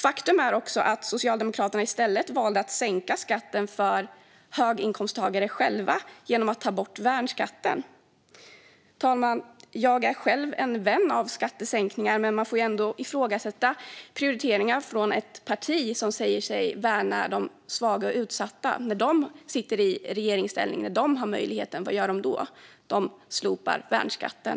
Faktum är också att Socialdemokraterna i stället själva valde att sänka skatten för höginkomsttagare genom att ta bort värnskatten. Herr talman! Jag är själv en vän av skattesänkningar, men man får ändå ifrågasätta prioriteringar från ett parti som säger sig värna de svaga och utsatta - när de sitter i regeringsställning och har möjligheten, vad gör de då? De slopar värnskatten.